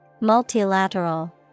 Multilateral